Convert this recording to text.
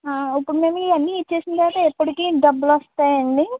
ఇప్పుడు మేము ఇవన్నీ ఇచ్చేసిన తరవాత ఎప్పుడికి డబ్బులు వస్తాయండీ